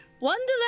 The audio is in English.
Wonderland